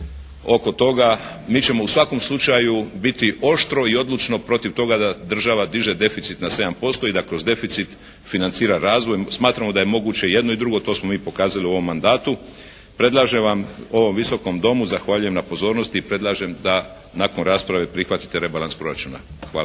oko toga. Mi ćemo u svakom slučaju biti oštro i odlučno protiv toga da država diže deficit na 7% i da kroz deficit financira razvoj. Smatramo da je moguće jedno i drugo, to smo mi i pokazali u ovom mandatu. Predlažem vam, ovom Visokom domu, zahvaljujem na pozornosti i predlažem da nakon rasprave prihvatite rebalans proračuna. Hvala.